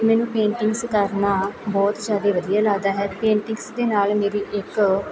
ਮੈਨੂੰ ਪੇਂਟਿੰਗਸ ਕਰਨਾ ਬਹੁਤ ਜ਼ਿਆਦਾ ਵਧੀਆ ਲੱਗਦਾ ਹੈ ਪੇਂਟਿੰਗਸ ਦੇ ਨਾਲ ਮੇਰੀ ਇੱਕ